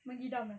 mengidam eh